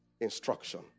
instruction